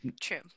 True